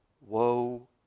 woe